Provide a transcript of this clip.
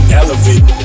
elevate